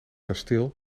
kasteel